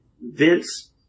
Vince